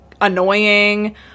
annoying